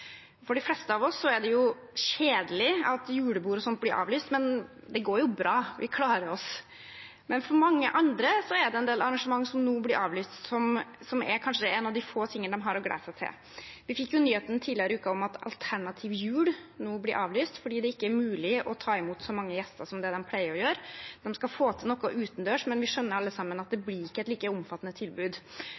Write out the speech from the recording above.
For de fleste av oss er det kjedelig at julebord og sånt blir avlyst – men det går jo bra, vi klarer oss. For mange andre er det en del arrangement som nå blir avlyst, som kanskje er en av de få tingene de har å glede seg til. Vi fikk nyheten tidligere i uken om at Alternativ Jul nå blir avlyst fordi det ikke er mulig å ta imot så mange gjester som man pleier. De skal få til noe utendørs, men vi skjønner alle sammen at det ikke blir et like omfattende tilbud.